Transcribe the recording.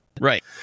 right